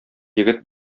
егет